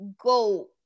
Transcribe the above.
go